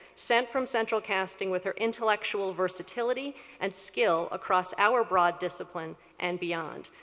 sent from central casting with her intellectual versatility and skill across our broad discipline and beyond.